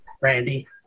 Randy